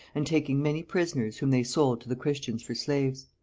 and taking many prisoners whom they sold to the christians for slaves.